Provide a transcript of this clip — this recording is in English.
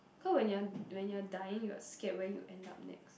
cause when you're when you're dying you're scared where you'll end up next